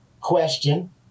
question